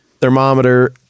thermometer